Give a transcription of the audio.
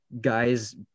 guys